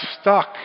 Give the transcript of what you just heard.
stuck